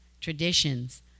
traditions